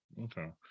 Okay